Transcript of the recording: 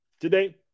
Today